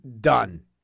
Done